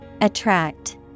Attract